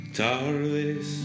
tardes